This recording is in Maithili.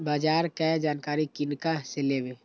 बाजार कै जानकारी किनका से लेवे?